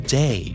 day